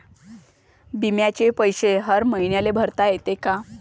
बिम्याचे पैसे हर मईन्याले भरता येते का?